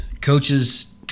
coaches